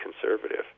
conservative